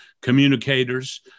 communicators